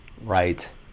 Right